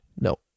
No